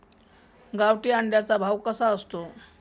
गावठी अंड्याचा भाव कसा असतो?